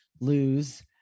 lose